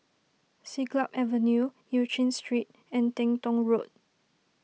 Siglap Avenue Eu Chin Street and Teng Tong Road